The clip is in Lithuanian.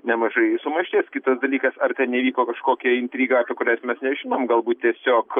nemažai sumaišties kitas dalykas ar ten įvyko kažkokia intriga apie kurias mes nežinom galbūt tiesiog